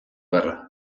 gerra